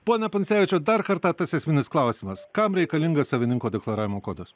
pone pundcevičiau dar kartą tas esminis klausimas kam reikalingas savininko deklaravimo kodas